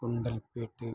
Gundlupet